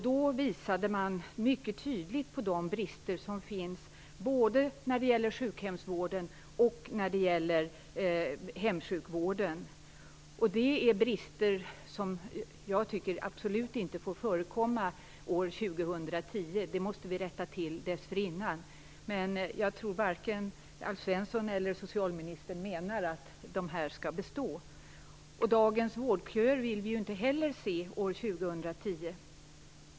Då visade man mycket tydligt på de brister som finns, både när det gäller sjukhemsvården och hemsjukvården. Detta är brister som i mitt tycke absolut inte får förekomma år 2010. Dem måste vi rätta till dessförinnan. Jag tror varken Alf Svensson eller socialministern menar att bristerna skall bestå. Dagens vårdköer vill vi inte heller se år 2010.